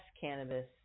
cannabis